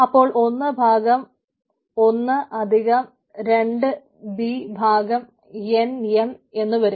അപ്പോൾ ഒന്ന് ഭാഗം ഒന്ന് അധികം രണ്ട് ബി ഭാഗം എൻ എം എന്നു വരും